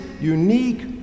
unique